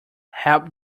help